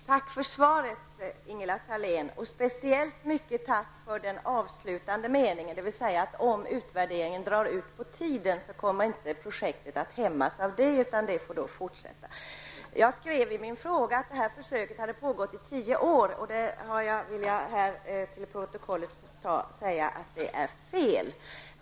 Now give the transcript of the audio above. Herr talman! Tack för svaret, Ingela Thalén. Speciellt mycket tack för den avslutande meningen, dvs. att om utvärderingen drar ut på tiden så kommer inte projektet att hämmas utan får fortsätta. Jag skrev i min fråga att försöket har pågått i tio år. Jag vill då för protokollet säga att det är fel.